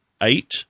eight